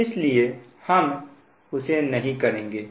इसलिए हम उसे नहीं करेंगे